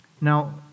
Now